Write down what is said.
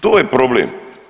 To je problem.